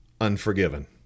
unforgiven